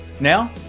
Now